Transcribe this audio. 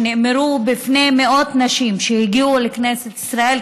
שנאמרו בפני מאות נשים שהגיעו לכנסת ישראל